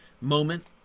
moment